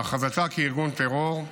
והכרזתה כארגון טרור,